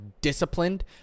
disciplined